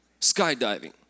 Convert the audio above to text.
skydiving